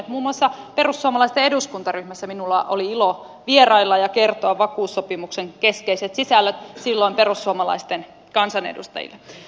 muun muassa perussuomalaisten eduskuntaryhmässä minulla oli ilo vierailla ja kertoa vakuussopimuksen keskeiset sisällöt perussuomalaisten kansanedustajille